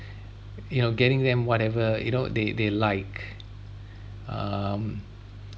you know getting them whatever you know they they like um